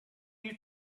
you